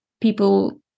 people